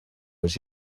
was